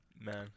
Man